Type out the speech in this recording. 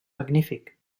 magnífic